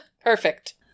Perfect